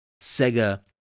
Sega